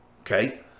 okay